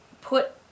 Put